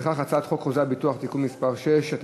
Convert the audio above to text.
לפיכך, חוק חוזה הביטוח (תיקון מס' 6),